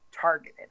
targeted